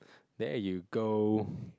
there you go